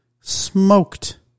smoked